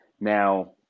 Now